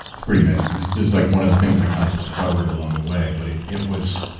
it's pretty amazing. this is like one of the things i kind of discovered along the way, but it it was,